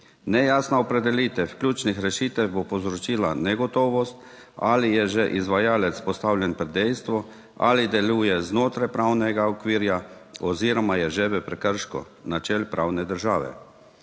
Nejasna opredelitev ključnih rešitev bo povzročila negotovost ali je že izvajalec postavljen pred dejstvo ali deluje znotraj pravnega okvirja oziroma je že v prekršku načel pravne države.